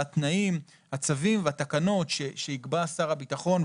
התנאים והצווים והתקנות שיקבע שר הביטחון,